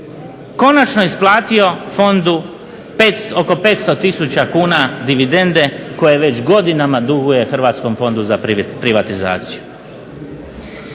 konačno isplatio fondu oko 500000 kuna dividende koje već godinama duguje Hrvatskom fondu za privatizaciju.